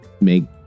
make